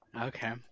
okay